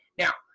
now,